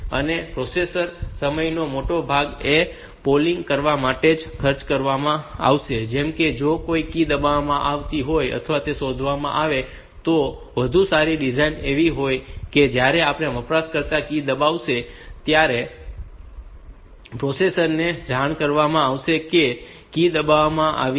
પછી પ્રોસેસર સમયનો મોટો ભાગ આ પોલિંગ કરવા માટે જ ખર્ચવામાં આવશે જેમ કે જો કોઈ કી દબાવવામાં આવી હોય અથવા તે શોધવામાં આવે તો વધુ સારી ડિઝાઇન એવી હોય છે કે જ્યારે પણ વપરાશકર્તા કી દબાવશે ત્યારે પ્રોસેસર ને જાણ કરવામાં આવશે કે કી દબાવવામાં આવી છે